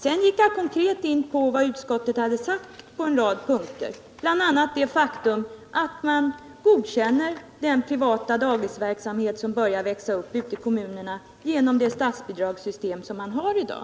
Sedan avstod Göran Karlsson från att ta upp mina konkreta påpekanden om utskottets uttalanden på en rad punkter, bl.a. det faktum att man godkänner den privata daghemsverksamhet som börjar växa fram ute i kommunerna till följd av det statsbidragssystem som vi har i dag.